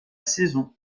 saison